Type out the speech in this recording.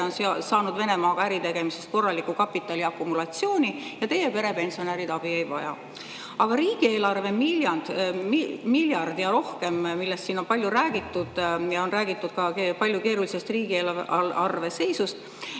on saanud Venemaaga äri tegemisest korraliku kapitaliakumulatsiooni ja teie pere pensionärid abi ei vaja. Aga riigieelarve [miinus on] miljard ja rohkem. Sellest on siin palju räägitud, on räägitud [üldse] keerulisest riigieelarve seisust.